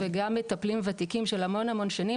גם מטפלים וותיקים של המון שנים,